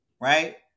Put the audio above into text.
right